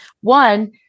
One